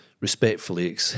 respectfully